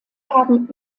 haben